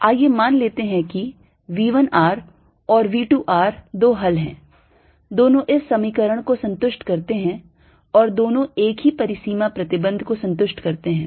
आइए मान लेते हैं कि V 1 r और V 2 r दो हल हैं दोनों इस समीकरण को संतुष्ट करते हैं और दोनों एक ही परिसीमा प्रतिबंध को संतुष्ट करते हैं